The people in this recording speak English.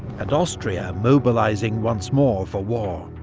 and austria mobilising once more for war.